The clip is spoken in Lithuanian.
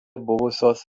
buvusios